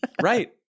Right